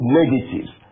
negatives